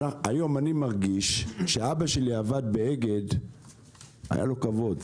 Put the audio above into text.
אבא שלי שעבד באגד היה לו כבוד,